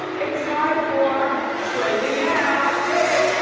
it's time for trending now, hit it!